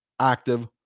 active